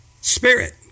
spirit